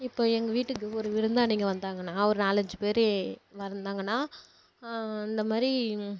இப்போ எங்கள் வீட்டுக்கு ஒரு விருந்தாளிங்க வந்தாங்கன்னா ஒரு நாலஞ்சு பேர் வருந்தாங்கன்னா அந்த மாதிரி